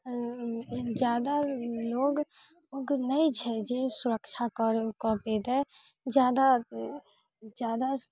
जादा लोग नहि छै जे सुरक्षा कऽ पेतै जादा जादा